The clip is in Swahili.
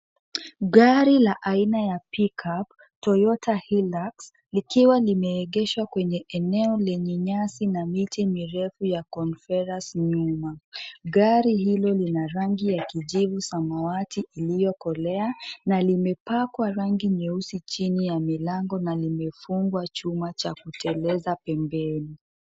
Gari la aina ya pickup Toyota Hilux likiwa limeegeshwa kwenye eneo lenye nyasi na miti mirefu ya conference nyuma. Gari hilo lina rangi ya kijivu samawati iliyokolea na limepakwa rangi nyeusi chini ya milango na limefungwa chuma cha kuteleza pembeni.